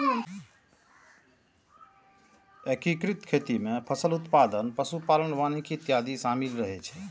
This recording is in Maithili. एकीकृत खेती मे फसल उत्पादन, पशु पालन, वानिकी इत्यादि शामिल रहै छै